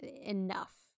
enough